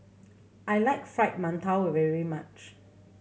I like Fried Mantou very much